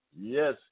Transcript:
Yes